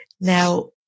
Now